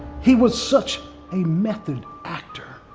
he was such a method actor.